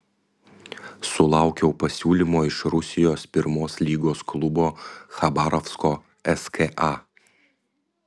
sulaukiau pasiūlymo iš rusijos pirmos lygos klubo chabarovsko ska